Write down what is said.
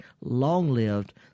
long-lived